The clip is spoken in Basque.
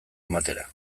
ematera